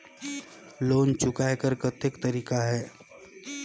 Loan चुकाय कर कतेक तरीका है?